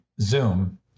Zoom